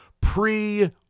pre